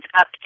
up